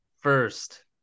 first